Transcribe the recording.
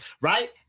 right